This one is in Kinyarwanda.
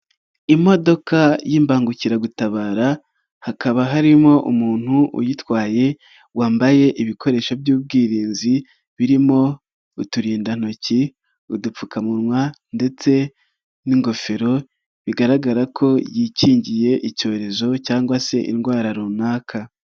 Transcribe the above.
Imodoka y'imbangukiragutabara hakaba harimo umuntu uyitwaye wambaye ibikoresho by'ubwirinzi birimo uturindantoki, udupfukamunwa ndetse n'ingofero bigaragara ko yikingiye icyorezo cyangwa se indwara runaka.